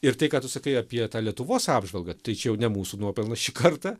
ir tai ką tu sakai apie tą lietuvos apžvalgą tai čia jau ne mūsų nuopelnas šį kartą